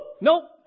nope